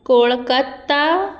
Kolkata